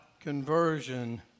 conversion